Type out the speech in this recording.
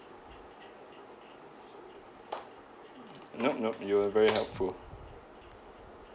nope nope you were very helpful